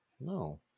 no